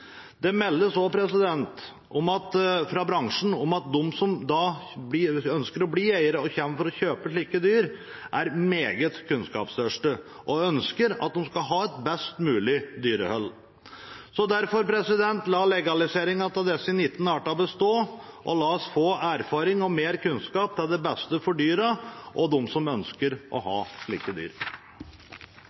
Det meldes også fra bransjen at de som ønsker å bli eiere og kommer for å kjøpe slike dyr, er meget kunnskapstørste og ønsker å ha et best mulig dyrehold. Så la legaliseringen av disse 19 artene bestå, og la oss få mer erfaring og mer kunnskap til det beste for dyrene og for dem som ønsker å ha slike dyr.